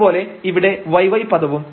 അതുപോലെ ഇവിടെ yy പദവും